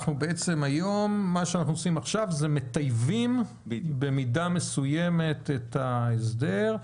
בעצם מה שאנחנו עושים עכשיו אנחנו מטייבים במידה מסוימת את ההסדר.